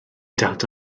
dad